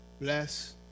bless